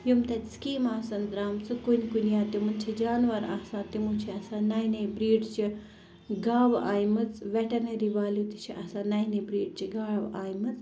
یِم تَتہِ سِکیٖمہٕ آسَن درٛامژٕ کُنہِ کُنہِ یا تِمَن چھِ جانوَر آسان تِمو چھِ آسان نَیہِ نَیہِ برٛیٖڈ چہِ گاوٕ أنمٕژ ویٚٹَنٔری والیو تہِ چھِ آسان نَیہِ نَیہِ برٛیٖڈ چہِ گاو أنمٕژ